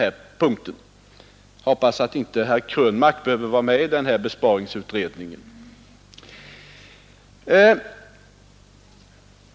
Jag hoppas att herr Krönmark inte behöver vara med i den besparingsutredningen.